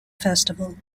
festival